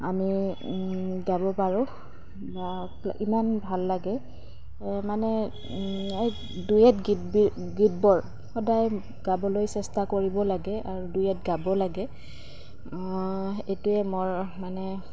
আমি গাব পাৰোঁ বা ইমান ভাল লাগে মানে ডুৱেট গীত গীতবোৰ সদায় গাবলৈ চেষ্টা কৰিব লাগে আৰু ডুৱেট গাব লাগে এইটোৱে মোৰ মানে